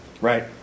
Right